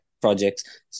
projects